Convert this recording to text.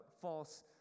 false